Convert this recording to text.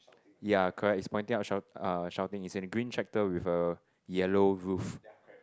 ya correct he's pointing up shout uh shouting he's in a green tractor with a yellow roof